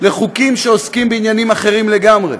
לחוקים שעוסקים בעניינים אחרים לגמרי,